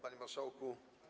Panie Marszałku!